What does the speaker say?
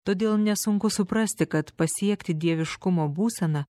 todėl nesunku suprasti kad pasiekti dieviškumo būseną